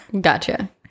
Gotcha